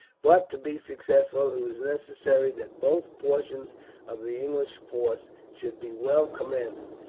but to be successful, it was necessary that both portions of the english force should be well commanded.